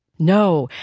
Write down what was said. no.